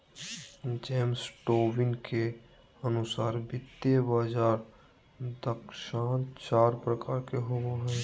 James Tobin के अनुसार वित्तीय बाजार दक्षता चार प्रकार के होवो हय